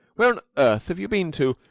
where on earth have you been to,